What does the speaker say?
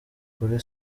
kuri